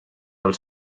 els